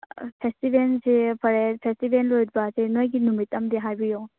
ꯐꯦꯁꯇꯤꯚꯦꯜꯁꯦ ꯐꯔꯦ ꯐꯦꯁꯇꯤꯚꯦꯜ ꯂꯣꯏꯕꯁꯦ ꯅꯣꯏꯒꯤ ꯅꯨꯃꯤꯠ ꯑꯃꯗꯤ ꯍꯥꯏꯕꯤꯔꯛꯑꯣ